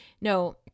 No